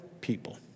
people